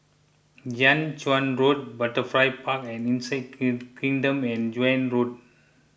Jiak Chuan Road Butterfly Park and Insect Kingdom and Joan Road